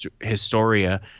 Historia